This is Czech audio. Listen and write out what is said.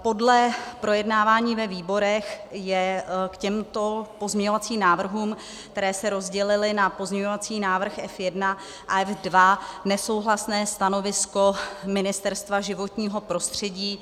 Podle projednávání ve výborech je k těmto pozměňovacím návrhům, které se rozdělily na pozměňovací návrh F1 a F2, nesouhlasné stanovisko Ministerstva životního prostředí.